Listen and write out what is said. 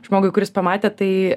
žmogui kuris pamatė tai